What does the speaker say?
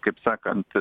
kaip sakant